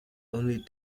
only